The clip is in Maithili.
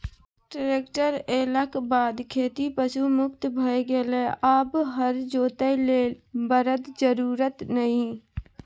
ट्रेक्टर एलाक बाद खेती पशु मुक्त भए गेलै आब हर जोतय लेल बरद जरुरत नहि